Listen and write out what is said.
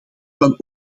van